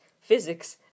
physics